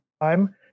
time